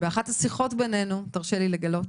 באחת השיחות בינינו, אם תרשה לי לגלות,